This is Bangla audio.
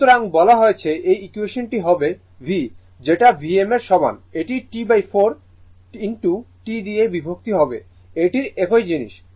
সুতরাং বলা হয়েছে এই ইকুয়েশনটি হবে v যেটা Vm এর সমান এটি T4 T দিয়ে বিভক্ত হবে এটির একই জিনিস